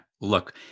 Look